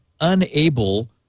unable